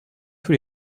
tous